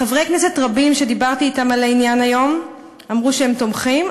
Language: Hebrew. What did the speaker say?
חברי כנסת רבים שדיברתי אתם על העניין היום אמרו שהם תומכים,